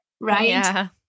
right